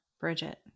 Bridget